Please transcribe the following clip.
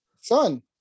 Son